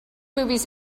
movies